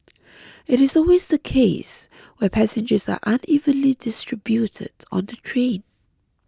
it is always the case where passengers are unevenly distributed on the train